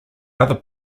other